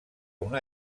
una